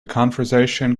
conversation